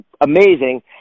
amazing